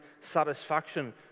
satisfaction